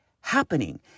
happening